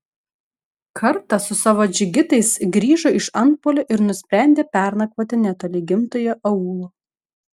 kartą su savo džigitais grįžo iš antpuolio ir nusprendė pernakvoti netoli gimtojo aūlo